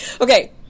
Okay